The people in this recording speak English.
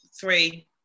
three